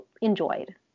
enjoyed